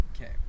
Okay